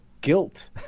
guilt